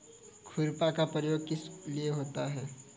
खुरपा का प्रयोग किस लिए होता है?